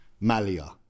Malia